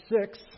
six